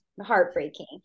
heartbreaking